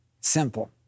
simple